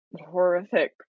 horrific